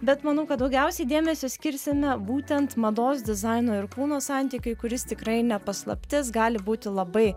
bet manau kad daugiausiai dėmesio skirsime būtent mados dizaino ir kūno santykiui kuris tikrai ne paslaptis gali būti labai